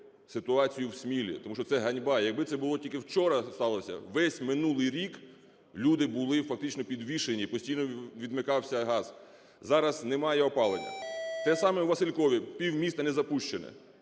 ситуацію в Смілі, тому що це ганьба. Якби це було тільки вчора, сталося – весь минулий рік люди були фактично підвішені, постійно відмикався газ. Зараз немає опалення. Те саме у Василькові –півміста не запущене,